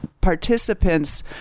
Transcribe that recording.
participants